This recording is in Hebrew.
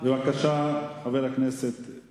בבקשה, חבר הכנסת מולה.